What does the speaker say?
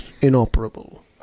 inoperable